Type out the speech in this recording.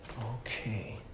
Okay